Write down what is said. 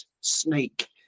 snake